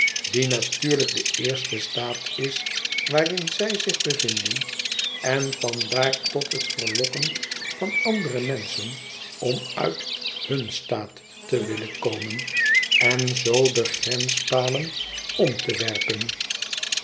die natuurlijk de eerste staat is waarin zij zich bevinden en van daar tot het verlokken van andere menschen om uit hun staat te willen komen en zoo de grenspalen om te werpen